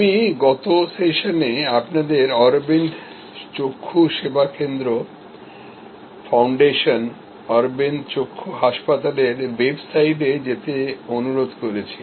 আমি গত সেশনে আপনাদের অরবিন্দ চক্ষু সেবা কেন্দ্র ফাউন্ডেশন আরাবিন্দ চক্ষু হাসপাতালের ওয়েবসাইটে যেতে অনুরোধ করেছি